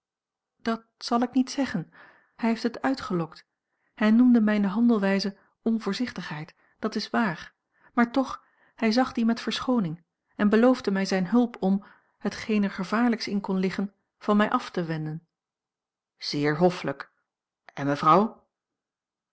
dat zal ik niet zeggen hij heeft het uitgelokt hij noemde mijne handelwijze onvoorzichtigheid dat is waar maar toch hij zag die met verschooning en beloofde mij zijne hulp om hetgeen er gevaarlijks in kon liggen van mij af te wenden zeer hoffelijk en mevrouw